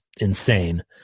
insane